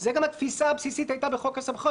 זו הייתה גם התפיסה הבסיסית בחוק הסמכויות.